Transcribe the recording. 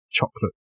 chocolate